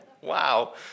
wow